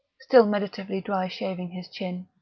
still meditatively dry-shaving his chin.